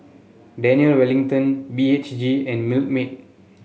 Daniel Wellington B H G and Milkmaid